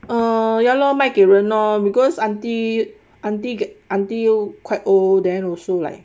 oh ya lor 卖给人咯 because auntie auntie 又 quite old then also like